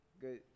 Good